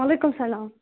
وعلیکُم سلام